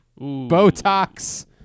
Botox